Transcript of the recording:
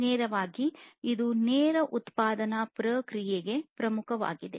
ನೇರವಾಗಿ ಇದು ನೇರ ಉತ್ಪಾದನಾ ಪ್ರಕ್ರಿಯೆಗೆ ಪ್ರಮುಖವಾಗಿದೆ